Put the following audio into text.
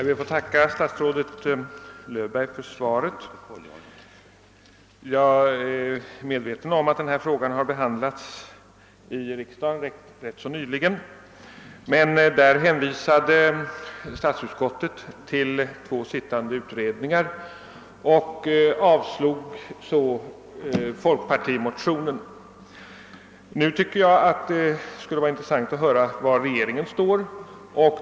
Herr talman! Jag är medveten om att denna fråga ganska nyligen behandlades av riksdagen, men den gången hänvisade statsutskottet till två sittande utredningar och avstyrkte folkpartimotionen. Det skulle vara intressant att höra var regeringen nu står.